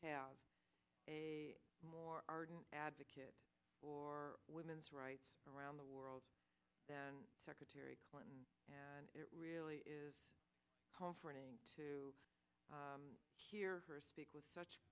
have a more ardent advocate or women's rights around the world than secretary clinton and it really is home for any to hear her speak with such